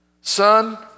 Son